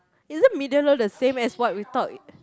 is it medium law the same as what we talk